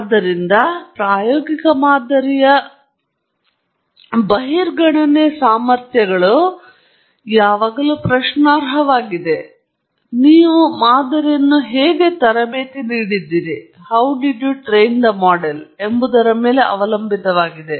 ಆದ್ದರಿಂದ ಮಾತನಾಡಲು ಪ್ರಾಯೋಗಿಕ ಮಾದರಿಯ ಬಹಿರ್ಗಣನೆ ಸಾಮರ್ಥ್ಯಗಳು ಯಾವಾಗಲೂ ಪ್ರಶ್ನಾರ್ಹವಾಗಿವೆ ಆದರೆ ನೀವು ಮಾದರಿಯನ್ನು ಹೇಗೆ ತರಬೇತಿ ನೀಡಿದ್ದೀರಿ ಎಂಬುದರ ಮೇಲೆ ಅವಲಂಬಿತವಾಗಿದೆ